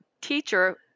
teacher